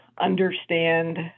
understand